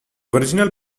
original